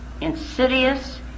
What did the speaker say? insidious